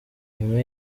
nyuma